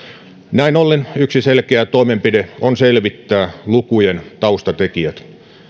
näin ollen yksi selkeä toimenpide on selvittää lukujen taustatekijät